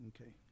Okay